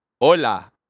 Hola